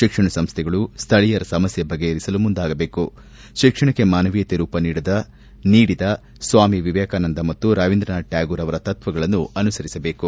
ಶಿಕ್ಷಣ ಸಂಸ್ಥೆಗಳು ಸ್ಥಳೀಯರ ಸಮಸ್ಥೆ ಬಗೆಹರಿಸಲು ಮುಂದಾಗಬೇಕು ಶಿಕ್ಷಣಕ್ಕೆ ಮಾನವೀಯತೆ ರೂಪ ನೀಡಿದ ಸ್ವಾಮಿ ವಿವೇಕಾನಂದ ಮತ್ತು ರವೀಂದ್ರನಾಥ ಟ್ವಾಗೂರ್ ಅವರ ತತ್ವಗಳನ್ನು ಅನುಸರಿಸಬೇಕು